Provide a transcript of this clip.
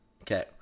Okay